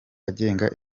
agenga